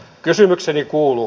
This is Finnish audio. kysymykseni kuuluu